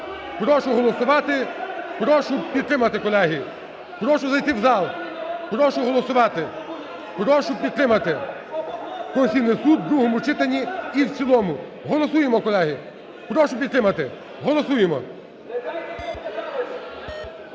Прошу голосувати, прошу підтримати, колеги. Прошу зайти в зал, прошу голосувати. Прошу підтримати Конституційний Суд в другому читанні і в цілому. Голосуємо, колеги. Прошу підтримати. Голосуємо.